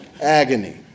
agony